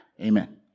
Amen